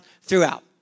throughout